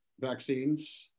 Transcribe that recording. vaccines